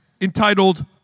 entitled